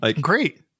Great